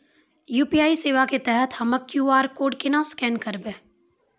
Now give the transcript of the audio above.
UPI सेवा के तहत हम्मय क्यू.आर कोड केना स्कैन करबै?